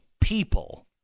people